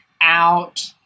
out